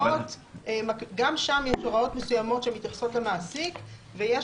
גם שם יש הוראות מסוימות שמתייחסות למעסיק ויש